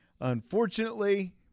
unfortunately